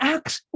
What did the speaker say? Acts